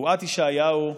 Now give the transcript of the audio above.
נבואת ישעיהו,